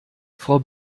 frau